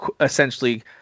essentially